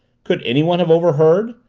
could anyone have overheard?